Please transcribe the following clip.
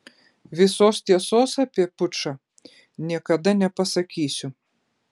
visos tiesos apie pučą niekada nepasakysiu